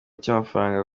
cy’amafaranga